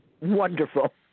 Wonderful